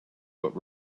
but